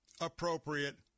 appropriate